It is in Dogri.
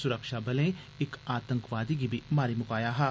सुरक्षाबलें इक आतंकवादी गी मारी मुकाया हा